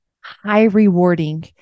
high-rewarding